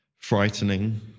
frightening